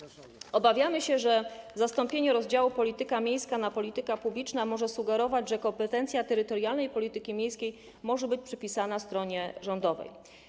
Obawiamy się, że zastąpienie rozdziału: polityka miejska polityką publiczną może sugerować, że kompetencja terytorialnej polityki miejskiej może być przypisana stronie rządowej.